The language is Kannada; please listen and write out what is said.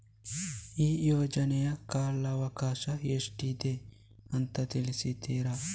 ಈ ಯೋಜನೆಯ ಕಾಲವಕಾಶ ಎಷ್ಟಿದೆ ಅಂತ ತಿಳಿಸ್ತೀರಾ?